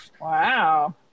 Wow